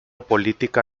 política